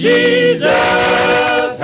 Jesus